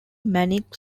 manic